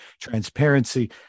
transparency